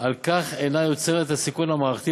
ועל כן אינה יוצרת את הסיכון המערכתי